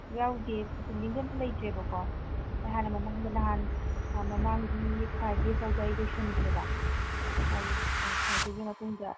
ꯌꯥꯎꯗꯦ ꯄꯦꯟꯗꯤꯡꯗꯤ ꯑꯝꯇ ꯂꯩꯇ꯭ꯔꯦꯕꯀꯣ ꯑꯩ ꯍꯥꯟꯅ ꯃꯃꯥꯡꯗ ꯅꯍꯥꯟ ꯃꯃꯥꯡꯒꯤ ꯐ꯭ꯔꯥꯏꯗꯦ ꯐꯥꯎꯗ ꯑꯩ ꯂꯣꯏꯁꯤꯟꯈ꯭ꯔꯦꯕ ꯑꯗꯨ ꯑꯥ ꯐ꯭ꯔꯥꯏꯗꯦꯒꯤ ꯃꯇꯨꯡꯗ